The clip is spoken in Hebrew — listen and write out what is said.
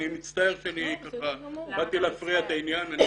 אני מצטער שאני ככה באתי להפריע את העניין.